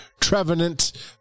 Trevenant